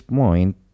point